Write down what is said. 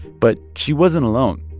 but she wasn't alone.